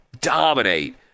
dominate